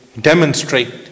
Demonstrate